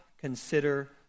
consider